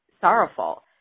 sorrowful